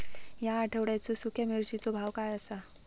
या आठवड्याचो सुख्या मिर्चीचो भाव काय आसा?